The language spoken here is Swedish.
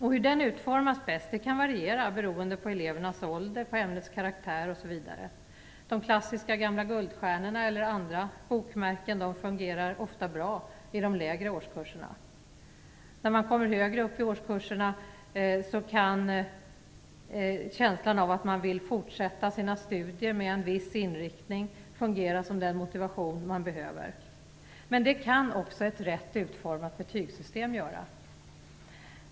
Hur den utformas bäst kan variera beroende på elevernas ålder, ämnets karaktär osv. De klassiska gamla guldstjärnorna eller andra bokmärken fungerar ofta bra i de lägre årskurserna. När man kommer högre upp i årskurserna kan känslan av att man vill fortsätta sina studier med en viss inriktning fungera som den motivation man behöver. Men det kan också ett rätt utformat betygssystem göra.